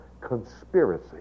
conspiracy